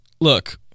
look